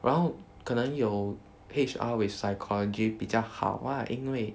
然后可能有 H_R with psychology 比较好 ah 因为